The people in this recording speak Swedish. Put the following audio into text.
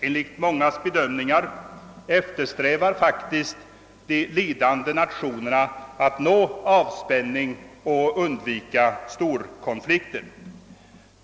Enligt mångas bedömningar eftersträvar faktiskt de ledande nationerna att nå avspänning och undvika storkonflikter.